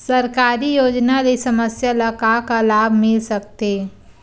सरकारी योजना ले समस्या ल का का लाभ मिल सकते?